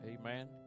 Amen